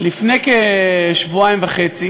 לפני כשבועיים וחצי